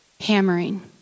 hammering